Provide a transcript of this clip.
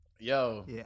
Yo